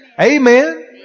Amen